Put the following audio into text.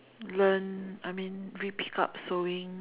learn I mean repick up sewing